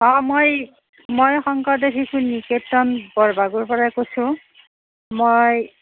অঁ মই মই শংকৰদেৱ শিশু নিকেতন বৰভাগৰ পৰা কৈছোঁ মই